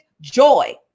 joy